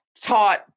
taught